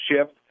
shift